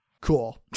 Cool